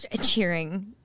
cheering